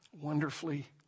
wonderfully